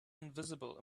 invisible